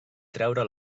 treure